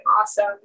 awesome